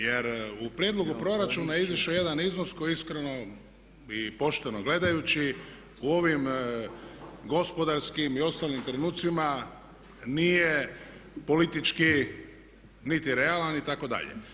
Jer u prijedlogu proračuna je izišao jedan iznos koji iskreno i pošteno gledajući u ovim gospodarskim i ostalim trenucima nije politički niti realan itd.